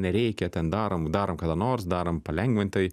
nereikia ten darom darom kada nors darom palengvintai